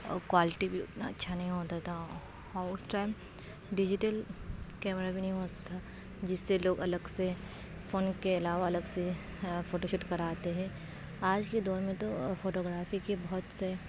اور کوالٹی بھی اتنا اچھا نہیں ہوتا تھا اور اس ٹائم ڈیجیٹل کیمرا بھی نہیں ہوتا تھا جس سے لوگ الگ سے فون کے علاوہ الگ سے فوٹو شوٹ کراتے ہیں آج کے دور میں تو فوٹوگرافی کے بہت سے